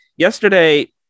Yesterday